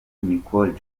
nicole